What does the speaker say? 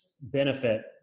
benefit